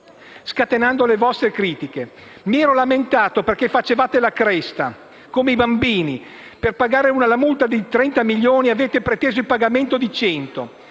scatenando le vostre critiche. Mi ero lamentato perché facevate la cresta, come i bambini: per pagare la multa di 30 milioni di euro, avete preteso il pagamento di 100